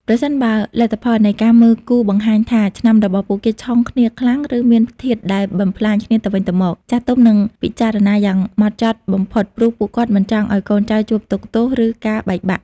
ប្រសិនបើលទ្ធផលនៃការមើលគូបង្ហាញថាឆ្នាំរបស់ពួកគេ "ឆុង" គ្នាខ្លាំង ឬមានធាតុដែលបំផ្លាញគ្នាទៅវិញទៅមក ចាស់ទុំនឹងពិចារណាយ៉ាងម៉ត់ចត់បំផុត ព្រោះពួកគាត់មិនចង់ឱ្យកូនចៅជួបទុក្ខទោស ឬការបែកបាក់។